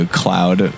cloud